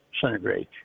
centigrade